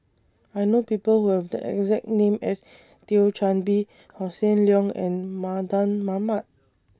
I know People Who Have The exact name as Thio Chan Bee Hossan Leong and Mardan Mamat